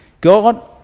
God